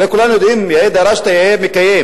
הרי כולם יודעים: יאה דרשת, יאה מקיים,